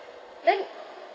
then